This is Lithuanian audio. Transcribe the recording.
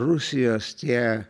rusijos tie